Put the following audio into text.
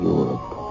Europe